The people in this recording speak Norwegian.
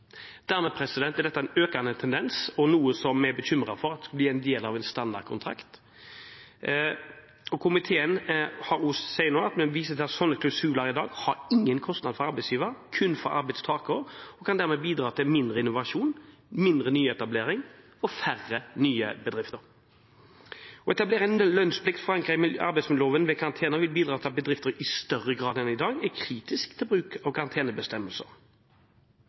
Dermed er dette en økende tendens og noe som vi er bekymret for skal bli en del av en standardkontrakt. Komiteen viser til at slike klausuler i dag ikke har noen kostnad for arbeidsgiver, kun for arbeidstaker, og kan dermed bidra til mindre innovasjon, mindre nyetablering og færre nye bedrifter. Å etablere en lønnsplikt ved karantener forankret i arbeidsmiljøloven vil bidra til at bedrifter i større grad enn i dag blir kritisk til bruk av karantenebestemmelser.